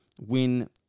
win